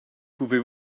pouvez